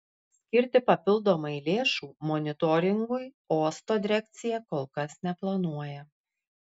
skirti papildomai lėšų monitoringui uosto direkcija kol kas neplanuoja